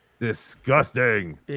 disgusting